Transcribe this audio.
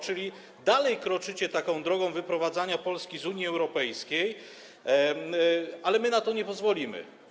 Czyli dalej kroczycie taką drogą wyprowadzania Polski z Unii Europejskiej, ale my na to nie pozwolimy.